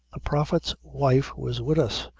prophet's wife was wid us,